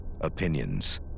Opinions